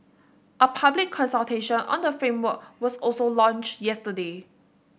a public consultation on the framework was also launched yesterday